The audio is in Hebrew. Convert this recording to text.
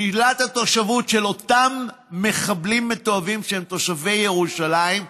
שלילת התושבות של אותם מחבלים מתועבים שהם תושבי ירושלים,